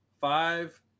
Five